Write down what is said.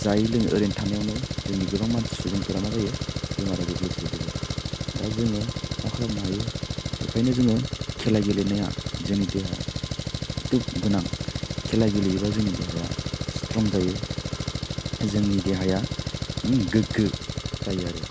जाया लोङै ओरैनो थानायावनो जोंनि गोबां मानसि सुबुंफोरा मा जायो बेमाराव गोग्लैसोजोबो दा जोङो मा खालामनो हायो बेखायनो जोङो खेला गेलेनाया जोंनि देहा खोब गोनां खेला लेगेयोबा जोंनि देहाया स्ट्रं जायो जोंनि देहाया गोग्गो जायो आरो